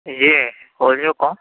جی بولیے کون